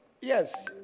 Yes